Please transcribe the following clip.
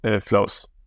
flows